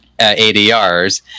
ADRs